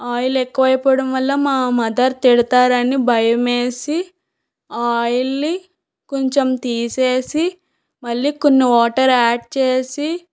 oil ఎక్కువ అయిపోవడం వల్ల మా మదర్ తిడతారని భయం వేసి ఆయిల్ని కొంచెం తీసేసి మళ్ళీ కొన్ని వాటర్ యాడ్ చేసి